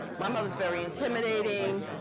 my mother's very intimidating.